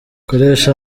koresha